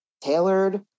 tailored